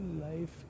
life